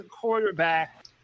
quarterback